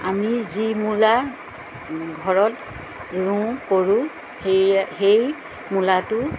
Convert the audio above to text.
আমি যি মূলা ঘৰত ৰুওঁ কৰোঁ সেয়া সেই মূলাটো